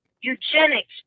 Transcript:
eugenics